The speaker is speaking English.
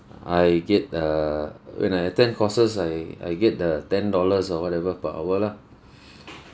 I get err when I attend courses I I get the ten dollars or whatever per hour lah